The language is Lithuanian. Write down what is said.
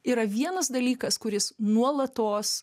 yra vienas dalykas kuris nuolatos